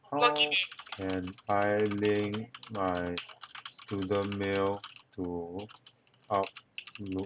how can I link my student mail to outlook